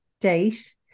date